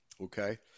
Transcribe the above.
okay